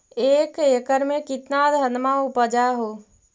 एक एकड़ मे कितना धनमा उपजा हू?